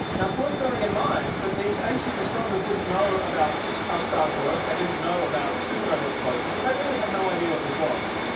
worth bearing in mind that these ancient astronomers didn't know about how stars worked, they didn't know about supernova explosions, so they really had no idea what this was.